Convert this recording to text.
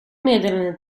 meddelande